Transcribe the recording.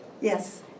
Yes